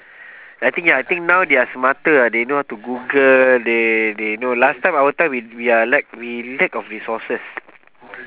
I think ya I think now they're smarter ah they know how to google they they know last time our time we we are lack we lack of resources